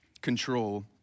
control